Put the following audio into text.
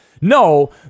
No